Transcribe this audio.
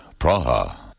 Praha